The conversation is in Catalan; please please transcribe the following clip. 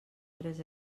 tres